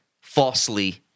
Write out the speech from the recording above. falsely